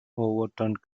overturned